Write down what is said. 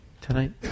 tonight